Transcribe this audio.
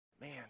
Man